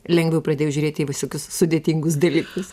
lengviau pradėjau žiūrėti į visokius sudėtingus dalykus